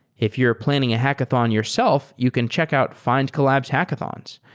if you're planning a hackathon yourself, you can check out findcollabs hackathons.